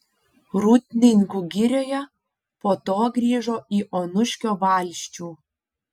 rūdninkų girioje po to grįžo į onuškio valsčių